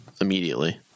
immediately